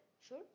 Sure